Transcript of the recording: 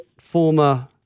former